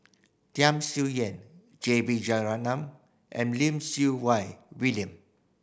Tham Sien Yen J B Jeyaretnam and Lim Siew Wai William